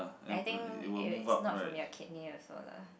I think eh wait not from your kidney also lah